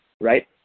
Right